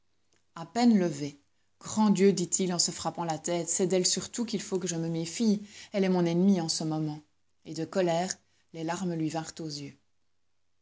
a peine levé grand dieu dit-il en se frappant la tête c'est d'elle surtout qu'il faut que je me méfie elle est mon ennemie en ce moment et de colère les larmes lui vinrent aux yeux